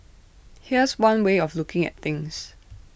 here's one way of looking at things